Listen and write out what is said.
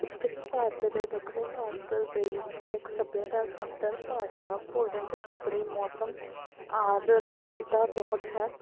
ਉੱਤਰੀ ਭਾਰਤ ਅਤੇ ਦੱਖਣੀ ਭਾਰਤ ਦੇ ਵਿੱਚ ਮੁੱਖ ਸੱਭਿਆਚਾਰਕ ਅੰਤਰ ਭਾਸ਼ਾ ਭੋਜਨ ਅਤੇ ਕੱਪੜੇ ਮੌਸਮ ਆਦਿ ਰਾ ਤਾਂ ਬਹੁਤ ਹੈ